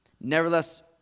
Nevertheless